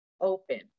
open